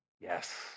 Yes